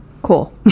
Cool